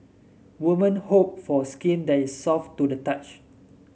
women hope for skin that is soft to the touch